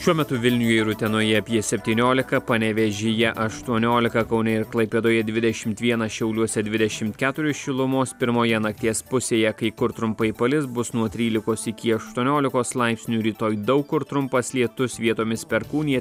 šiuo metu vilniuje ir utenoje apie septyniolika panevėžyje aštuoniolika kaune ir klaipėdoje dvidešimt vienas šiauliuose dvidešimt keturis šilumos pirmoje nakties pusėje kai kur trumpai palis bus nuo trylikos iki aštuoniolikos laipsnių rytoj daug kur trumpas lietus vietomis perkūnija